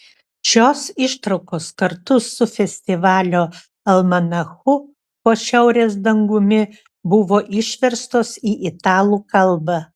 šios ištraukos kartu su festivalio almanachu po šiaurės dangumi buvo išverstos į italų kalbą